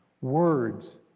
Words